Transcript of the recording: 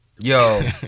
Yo